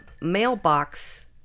mailbox